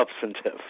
substantive